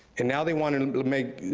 and now they wanna and and make,